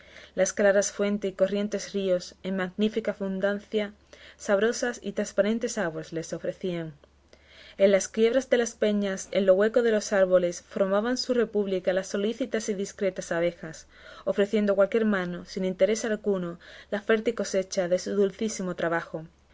las claras fuentes y corrientes ríos en magnífica abundancia sabrosas y transparentes aguas les ofrecían en las quiebras de las peñas y en lo hueco de los árboles formaban su república las solícitas y discretas abejas ofreciendo a cualquiera mano sin interés alguno la fértil cosecha de su dulcísimo trabajo